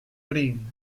green